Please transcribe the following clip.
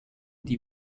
die